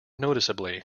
noticeably